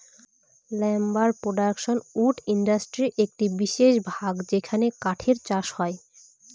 lumber production wood ইন্ডাস্ট্রির একটি বিশেষ ভাগ যেখানে কাঠের চাষ হয়